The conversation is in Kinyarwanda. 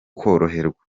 koroherwa